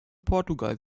portugal